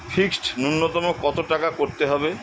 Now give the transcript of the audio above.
Fixed নুন্যতম কত টাকা করতে হবে?